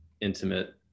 intimate